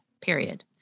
period